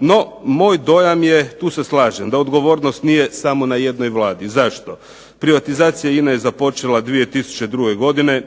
No, moj dojam je tu se slažem, da odgovornost nije samo na jednoj vladi. Zašto? Privatizacija INA-e je počela 2002. godine.